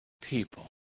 people